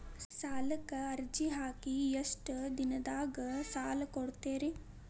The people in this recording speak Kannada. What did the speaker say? ಸಾಲಕ ಅರ್ಜಿ ಹಾಕಿ ಎಷ್ಟು ದಿನದಾಗ ಸಾಲ ಕೊಡ್ತೇರಿ?